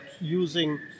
using